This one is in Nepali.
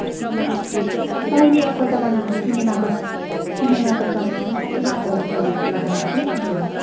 तैँले एकपल्ट बनाएको किनेमाको किनेमाको चटनी पनि साह्रै याद आउँछ तैँले एकपल्ट बनाएको थिइस् नि त्यो